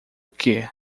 que